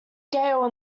gale